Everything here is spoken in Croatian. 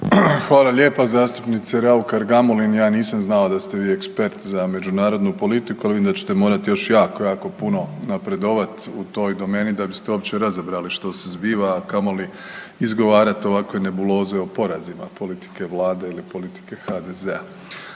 Hvala lijepa zastupnice Raukar-Gamulin, ja nisam znao da ste vi ekspert za međunarodnu politiku, ali vidim da ćete morati još jako, jako puno napredovati u toj domeni da biste uopće razabrali što se zbiva, a kamoli izgovarati ovakve nebuloze o porazima politike Vlade ili politike HDZ-a.